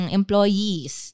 employees